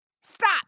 Stop